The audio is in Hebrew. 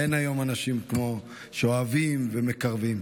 אין היום אנשים כמוהו, שאוהבים ומקרבים.